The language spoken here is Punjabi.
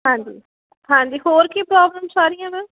ਹਾਂਜੀ ਹਾਂਜੀ ਹੋਰ ਕੀ ਪ੍ਰੋਬਲਮਸ ਆ ਰਹੀਆਂ ਮੈਮ